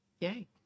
Yay